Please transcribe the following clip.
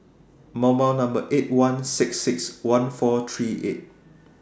eight one six six one four three eight